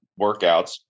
workouts